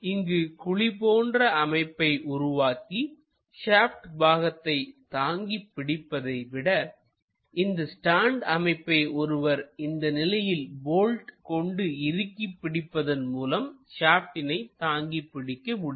இங்கு குழி போன்ற அமைப்பை உருவாக்கி ஷாப்டு பாகத்தை தாங்கிப் பிடிப்பதை விட இந்த ஸ்டாண்ட் அமைப்பை ஒருவர் இந்த நிலையில் போல்ட் கொண்டு இறுக்கி பிடிப்பதன் மூலம் ஷாப்டினை தாங்கி பிடிக்க முடியும்